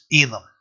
Elam